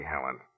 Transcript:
Helen